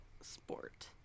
sport